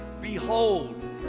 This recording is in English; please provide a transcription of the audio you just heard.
Behold